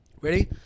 Ready